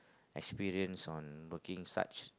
experience on working such